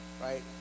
Right